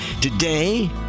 today